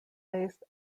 based